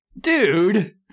dude